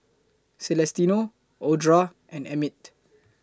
Celestino Audra and Emmitt